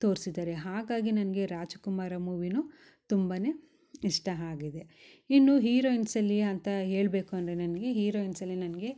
ತೋರ್ಸಿದ್ದಾರೆ ಹಾಗಾಗಿ ನನಗೆ ರಾಜ್ಕುಮಾರ ಮೂವಿನು ತುಂಬಾನೆ ಇಷ್ಟ ಆಗಿದೆ ಇನ್ನು ಹೀರೋಯಿನ್ಸಲ್ಲಿ ಅಂತ ಹೇಳಬೇಕು ಅಂದರೆ ನನಗೆ ಹೀರೋಯಿನ್ಸಲ್ಲಿ ನನಗೆ